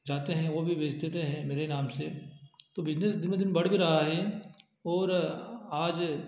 जाते हैं वो भी बेच देते हैं मेरे नाम से तो बिजनेस दिनों दिन बढ़ भी रहा है और आज